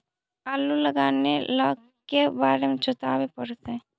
आलू के लगाने ल के बारे जोताबे पड़तै?